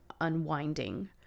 unwinding